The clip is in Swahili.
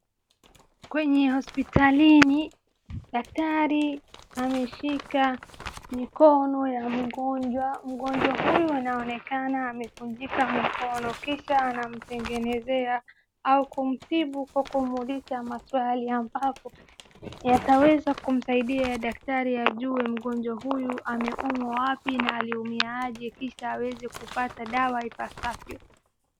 Kwenye hospitalini, daktari ameshika mikono ya mgonjwa, mgonjwa huyu inaonekana amevunjika mkono. Kisha anamtengenezea au kumtibu kwa kumuuliza maswali ambapo yataweza kumsaidia daktari ajue mgonjwa huyu avunjwa wapi na aliumia aje kisha aweze kupata dawa ipasavyo.